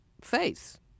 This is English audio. face